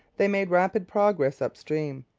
they made rapid progress up-stream.